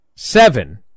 Seven